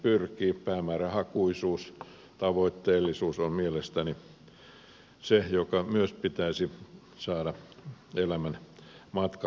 päämäärähakuisuus tavoitteellisuus on mielestäni se mikä myös pitäisi saada elämän matkalle mukaan